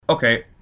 Okay